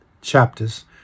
chapters